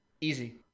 easy